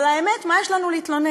אבל האמת, מה יש לנו להתלונן?